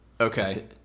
Okay